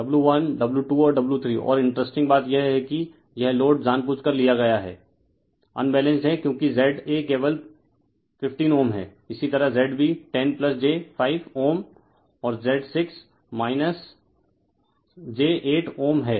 refer slide time 1228 W1W2 और W3 और interesting बात यह है कि यह लोड जानबूझकर लिया गया है अनबैलेंस्ड है क्योंकि Z a केवल 15 Ω है इसी तरह Z b 10 j 5 ΩΩ और Z6 j 8 Ω है